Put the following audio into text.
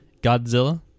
Godzilla